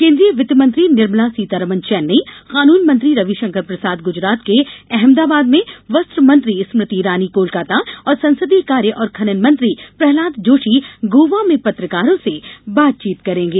केन्द्रीय वित्तमंत्री निर्मला सीतारमन चेन्नई कान्न मंत्री रविशंकर प्रसाद गुजरात के अहमदाबाद में वस्त्र मंत्री स्मृति ईरानी कोलकाता और संसदीय कार्य और खनन मंत्री प्रहलाद जोशी गोवा में पत्रकारों से बातचीत करेंगे